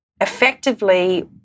effectively